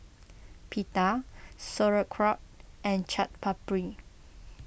Pita Sauerkraut and Chaat Papri